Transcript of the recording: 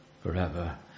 forever